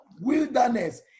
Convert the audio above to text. Wilderness